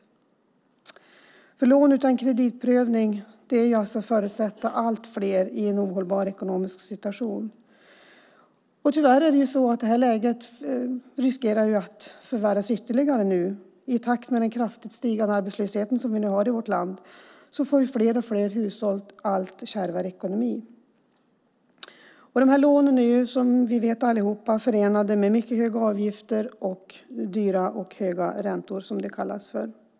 Att ge lån utan kreditprövning är att försätta allt fler i en ohållbar ekonomisk situation. Läget riskerar att förvärras ytterligare. I takt med den kraftigt stigande arbetslösheten i vårt land får fler och fler hushåll allt kärvare ekonomi. Lånen är som vi vet förenade med mycket höga avgifter och höga räntor, som det kallas.